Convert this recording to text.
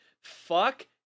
fuck